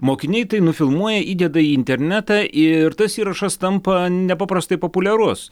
mokiniai tai nufilmuoja įdeda į internetą ir tas įrašas tampa nepaprastai populiarus